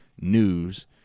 news